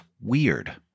weird